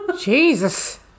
Jesus